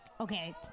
Okay